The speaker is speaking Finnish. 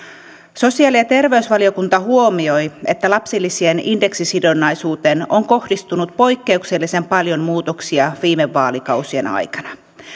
sosiaali ja terveysvaliokunta huomioi että lapsilisien indeksisidonnaisuuteen on kohdistunut poikkeuksellisen paljon muutoksia viime vaalikausien aikana